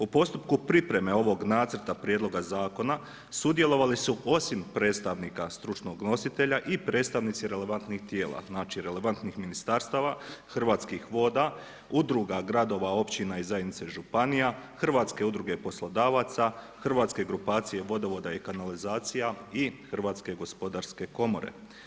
O postupku pripreme ovog nacrta prijedloga zakona sudjelovali su osim predstavnika stručnog nositelja i predstavnici relevantnih tijela, znači relevantnih ministarstava, Hrvatskih voda, udruga gradova, općina i zajednice županija, Hrvatske udruge poslodavaca, Hrvatske grupacije vodovoda i kanalizacija i Hrvatske gospodarske komore.